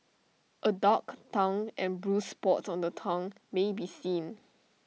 A dark tongue and bruised spots on the tongue may be seen